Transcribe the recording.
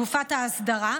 תקופת האסדרה,